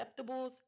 acceptables